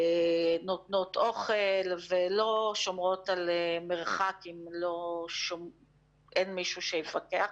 נותנות אוכל ולא שומרות על מרחק אם אין מישהו שיפקח